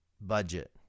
budget